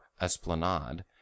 esplanade